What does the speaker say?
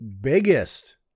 biggest